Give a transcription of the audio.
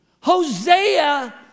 Hosea